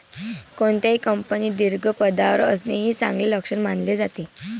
कोणत्याही कंपनीत दीर्घ पदावर असणे हे चांगले लक्षण मानले जाते